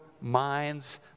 minds